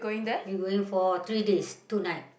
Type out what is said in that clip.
we going for three days two night